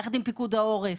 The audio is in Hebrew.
יחד עם פיקוד העורף,